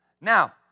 Now